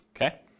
okay